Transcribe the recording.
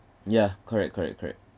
yeah correct correct correct